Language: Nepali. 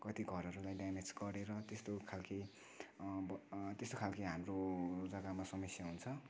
कति घरहरूलाई ड्यामेज गरेर त्यस्तो खालके अब त्यस्तो खालके हाम्रो जग्गामा समस्या हुन्छ